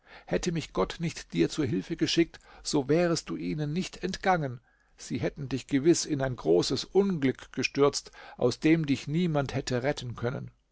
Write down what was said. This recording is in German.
hätte mich gott nicht dir zu hilfe geschickt so wärest du ihnen nicht entgangen sie hätten dich gewiß in ein großes unglück gestürzt aus dem dich niemand hätte retten können